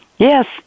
Yes